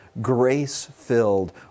grace-filled